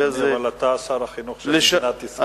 הזה אבל אתה שר החינוך של מדינת ישראל.